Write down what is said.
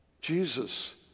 Jesus